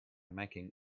making